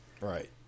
Right